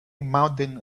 mountain